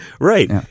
Right